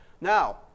Now